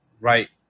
right